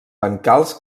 bancals